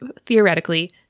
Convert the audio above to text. theoretically